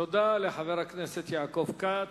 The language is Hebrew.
תודה לחבר הכנסת יעקב כץ.